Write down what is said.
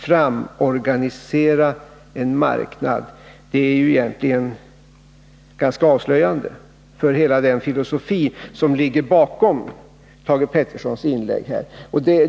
”Framorga nisera en marknad” — det är egentligen ett ganska avslöjande uttryck för hela den filosofi som ligger bakom Thage Petersons inlägg.